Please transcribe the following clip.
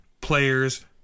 players